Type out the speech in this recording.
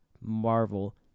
Marvel